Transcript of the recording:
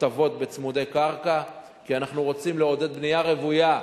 הטבות בצמודי קרקע כי אנחנו רוצים לעודד בנייה רוויה,